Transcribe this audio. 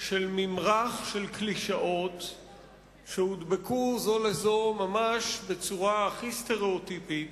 של ממרח של קלישאות שהודבקו זו לזו ממש בצורה הכי סטריאוטיפית,